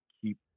keep